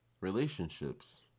relationships